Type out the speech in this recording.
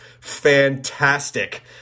fantastic